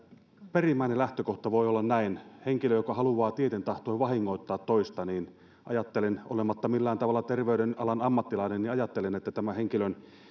perimmäinen lähtökohta voi olla tämä jos on henkilö joka haluaa tieten tahtoen vahingoittaa toista niin ajattelen olematta millään tavalla terveyden alan ammattilainen että tämän henkilön